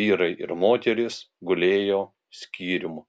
vyrai ir moterys gulėjo skyrium